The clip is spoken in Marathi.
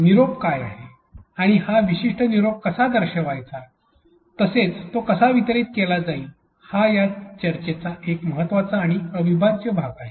निरोप काय आहे आणि हा विशिष्ट निरोप कसा दर्शवायचा तसेच तो कसा वितरित केला जाईल हा या चर्चेचा एक महत्त्वाचा आणि अविभाज्य भाग आहे